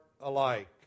alike